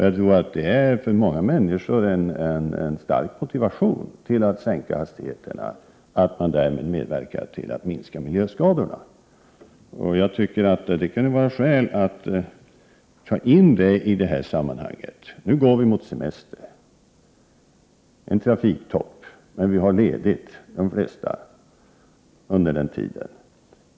Jag tror att det för många människor är en stark motivation att sänka hastigheterna, när man därmed bidrar till att minska miljöskadorna. Jag tycker det kan vara skäl att ta in den saken i det här sammanhanget. Nu går vi mot semester och en trafiktopp. Men de flesta av oss har ledigt under den tiden.